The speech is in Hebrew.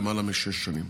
למעלה משש שנים.